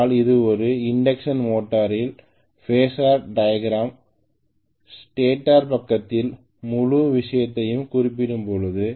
ஆனால் இது ஒரு இண்டக்க்ஷன் மோட்டரின் ஃபாஸர் வரைபடம் ஸ்டேட்டர் பக்கத்திற்கு முழு விஷயத்தையும் குறிப்பிடும்போது